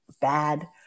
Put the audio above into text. bad